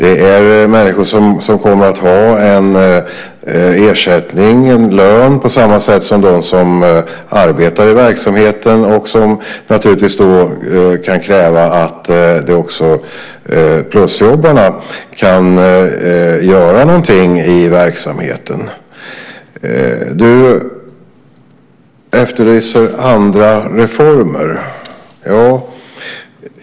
Det är människor som kommer att ha en ersättning, en lön, på samma sätt som de som arbetar i verksamheten och som naturligtvis då kan kräva att plusjobbarna kan göra någonting i verksamheten. Du efterlyser andra reformer.